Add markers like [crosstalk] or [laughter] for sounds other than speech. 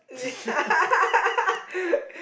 yeah [laughs]